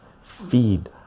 feed